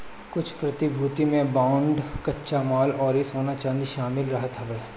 कुछ प्रतिभूति में बांड कच्चा माल अउरी सोना चांदी शामिल रहत हवे